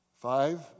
Five